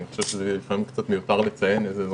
אני חושב שלפעמים זה קצת מיותר לציין איזה אזרח זה,